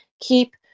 keep